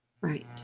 Right